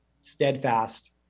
steadfast